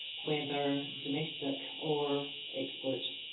whether domestic or export.